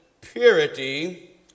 purity